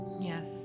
Yes